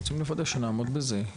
אנחנו רוצים לוודא שנעמוד בזה.